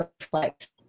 reflect